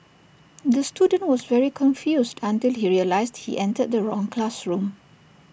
the student was very confused until he realised he entered the wrong classroom